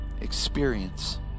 experience